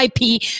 IP